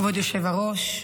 כבוד היושב-ראש,